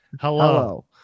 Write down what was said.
hello